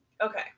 Okay